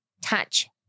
touch